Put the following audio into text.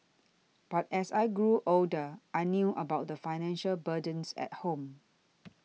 but as I grew older I knew about the financial burdens at home